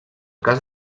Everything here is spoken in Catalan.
cas